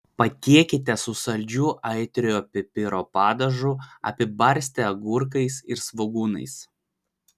patiekite su saldžiu aitriojo pipiro padažu apibarstę agurkais ir svogūnais